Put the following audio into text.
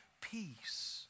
peace